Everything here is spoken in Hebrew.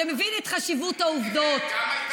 שמבין את חשיבות העובדות,